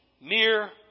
mere